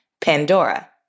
Pandora